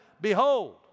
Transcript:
Behold